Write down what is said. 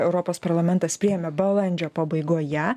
europos parlamentas priėmė balandžio pabaigoje